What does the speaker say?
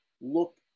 look